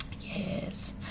Yes